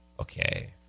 Okay